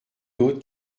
d’autre